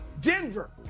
Denver